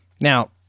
Now